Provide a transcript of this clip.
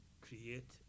create